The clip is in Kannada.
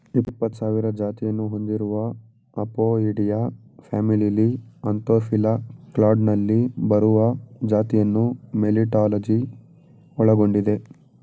ಇಪ್ಪತ್ಸಾವಿರ ಜಾತಿಯನ್ನು ಹೊಂದಿರುವ ಅಪೊಯಿಡಿಯಾ ಫ್ಯಾಮಿಲಿಲಿ ಆಂಥೋಫಿಲಾ ಕ್ಲಾಡ್ನಲ್ಲಿ ಬರುವ ಜಾತಿಯನ್ನು ಮೆಲಿಟಾಲಜಿ ಒಳಗೊಂಡಿದೆ